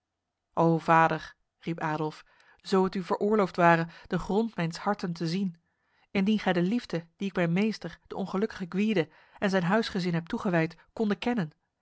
o vader riep adolf zo het u veroorloofd ware de grond mijns harten te zien indien gij de liefde die ik mijn meester de ongelukkige gwyde en zijn huisgezin heb toegewijd konde kennen